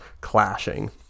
clashing